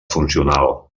funcional